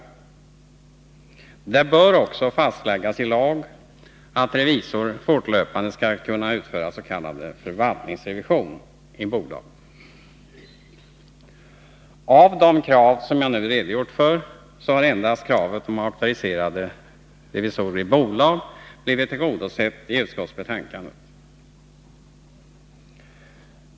Det bör också fastläggas i lag att revisor fortlöpande skall kunna utföra s.k. förvaltningsrevision i bolag. Av de krav som jag nu har redogjort för har endast kravet om auktoriserade revisorer i bolag blivit tillgodosett genom utskottsbetänkandet.